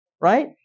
right